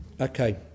Okay